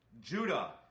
Judah